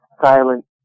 silent